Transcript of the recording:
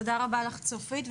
תודה רבה לך, צופית.